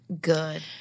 Good